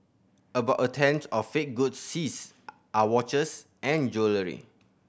about a tenth of fake goods seized are watches and jewellery